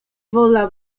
wola